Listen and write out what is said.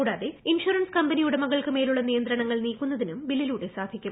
കൂടാതെ insurance company ഉടമകൾക്ക് മേലുള്ള നിയന്ത്രണങ്ങൾ നീക്കുന്നതിനും ബില്ലിലൂടെ സാധിക്കും